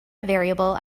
variable